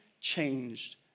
changed